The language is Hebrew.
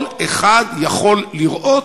כל אחד יכול לראות,